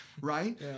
right